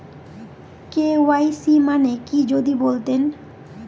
KYC মানে কি যদি বলতেন?